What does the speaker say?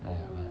but ya